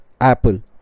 Apple